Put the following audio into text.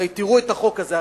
הרי תראו את החוק הזה.